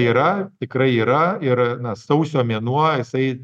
yra tikrai yra ir a na sausio mėnuo jisai